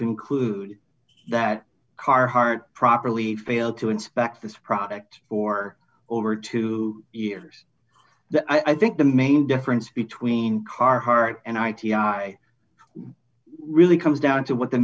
conclude that carhart properly failed to inspect this product for over two years i think the main difference between carhart and i t i really comes down to what the